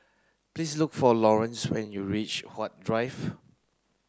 please look for Lawrence when you reach Huat Drive